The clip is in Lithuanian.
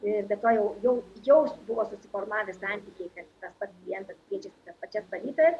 ir be to jau jau jau buvo susiformavę santykiai kad tas pats klientas kviečiasi tas pačias valytojas